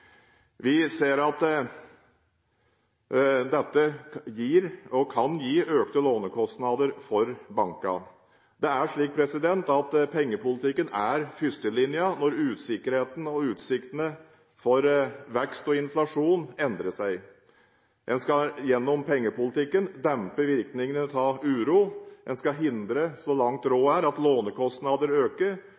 Vi ser at dette gir – og kan gi – økte lånekostnader for bankene. Det er slik at pengepolitikken er førstelinjen når usikkerheten og utsiktene for vekst og inflasjon endrer seg. En skal gjennom pengepolitikken dempe virkningene av uro, en skal hindre – så langt råd er – at lånekostnader øker,